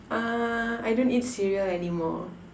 uh I don't eat cereal anymore